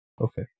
Okay